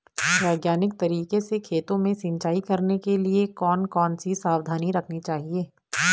वैज्ञानिक तरीके से खेतों में सिंचाई करने के लिए कौन कौन सी सावधानी रखनी चाहिए?